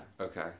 Okay